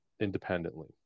independently